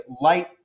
light